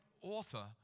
author